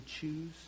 choose